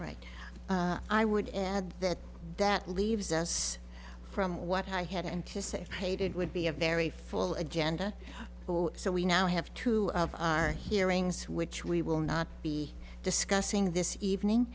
right i would add that that leaves us from what i had and to say hated would be a very full agenda so we now have two of our hearings which we will not be discussing this evening